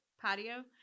patio